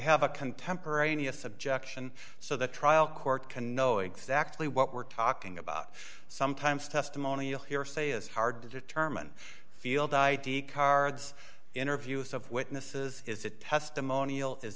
have a contemporaneous objection so the trial court can know exactly what we're talking about sometimes testimonial hearsay is hard to determine field id cards interviews of witnesses is a testimonial is